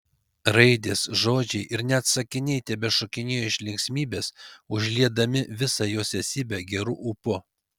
raidės žodžiai ir net sakiniai tebešokinėjo iš linksmybės užliedami visą jos esybę geru ūpu